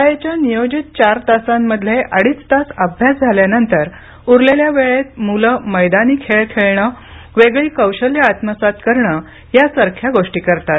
शाळेच्या नियोजित चार तासांमधले अडीच तास अभ्यास झाल्यानंतर उरलेल्या वेळेत मुलं मैदानी खेळ खेळणं वेगळी कौशल्यं आत्मसात करणं यासारख्या गोष्टी करतात